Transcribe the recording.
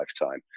lifetime